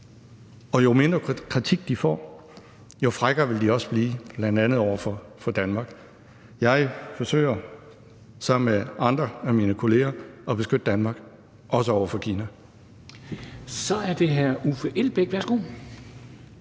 og jo mindre kritik de får, jo frækkere vil de også blive, bl.a. over for Danmark. Jeg forsøger sammen med andre af mine kolleger at beskytte Danmark, også over for Kina.